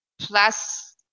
Plus